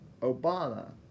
Obama